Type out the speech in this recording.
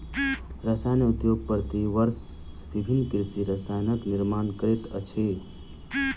रसायन उद्योग प्रति वर्ष विभिन्न कृषि रसायनक निर्माण करैत अछि